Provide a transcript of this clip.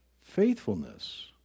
faithfulness